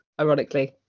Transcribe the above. ironically